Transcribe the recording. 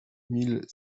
mille